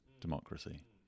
democracy